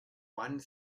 one